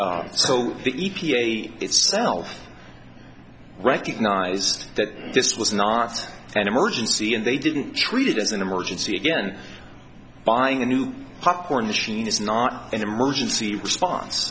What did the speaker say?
a itself recognized that this was not an emergency and they didn't treat it as an emergency again buying a new popcorn machine is not an emergency response